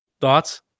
thoughts